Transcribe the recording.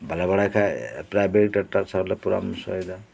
ᱵᱟᱞᱮ ᱵᱟᱲᱟᱭ ᱠᱷᱟᱡ ᱯᱮᱨᱟᱭ ᱵᱷᱮᱴ ᱰᱟᱠᱴᱟᱨ ᱥᱟᱶ ᱞᱮ ᱯᱚᱨᱟᱢᱚᱨᱥᱚ ᱭᱮᱫᱟ